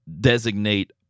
designate